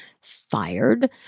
Fired